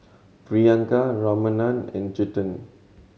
Priyanka Ramanand and Chetan